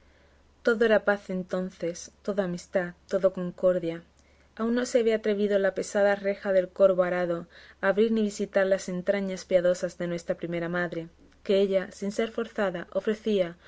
todo era paz entonces todo amistad todo concordia aún no se había atrevido la pesada reja del corvo arado a abrir ni visitar las entrañas piadosas de nuestra primera madre que ella sin ser forzada ofrecía